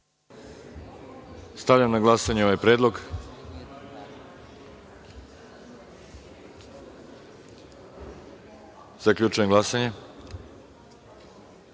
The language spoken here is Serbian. Stavljam na glasanje ovaj predlog. Zaključujem glasanje.Za